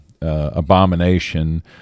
abomination